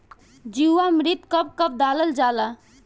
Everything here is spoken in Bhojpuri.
जीवामृत कब कब डालल जाला?